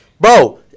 Bro